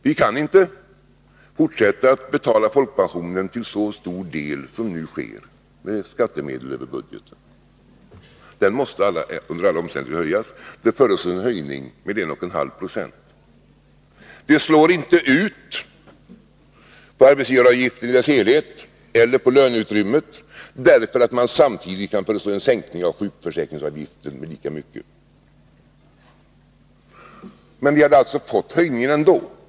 Vi kan inte fortsätta att betala folkpensionen, till så stor del som nu sker, med skattemedel över budgeten. Avgiften måste under alla omständigheter höjas. Det föreslås en höjning med en och en halv procent. Det slår inte igenom på arbetsgivaravgiften i dess helhet eller på löneutrymmet därför att man samtidigt kan föreslå en sänkning av sjukförsäkringsavgiften med lika mycket. Men vi hade fått höjningen ändå.